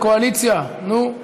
הקואליציה, נו.